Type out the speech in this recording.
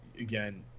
Again